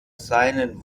seinen